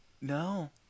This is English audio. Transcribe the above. No